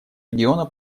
региона